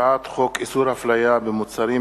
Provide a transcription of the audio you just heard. הצעת חוק איסור הפליה במוצרים,